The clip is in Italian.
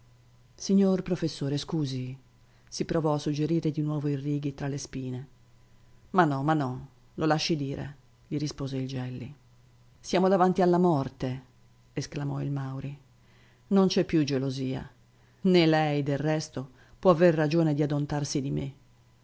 signor professore scusi si provò a suggerire di nuovo il righi tra le spine ma no ma no lo lasci dire gli rispose il gelli siamo davanti alla morte esclamò il mauri non c'è più gelosia né lei del resto può aver ragione di adontarsi di me